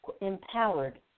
empowered